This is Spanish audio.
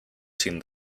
sin